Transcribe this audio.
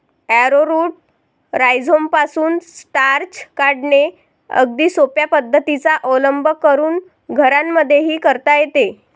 arrowroot राईझोमपासून starch काढणे अगदी सोप्या पद्धतीचा अवलंब करून घरांमध्येही करता येते